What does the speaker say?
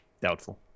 Doubtful